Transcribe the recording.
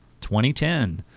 2010